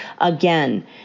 Again